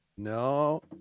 No